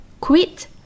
quit